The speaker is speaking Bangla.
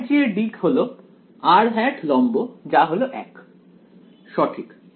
∇g এর দিক হল লম্ব যা হল 1 সঠিক